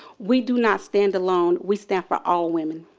we do not stand alone. we stand for all women.